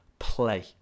play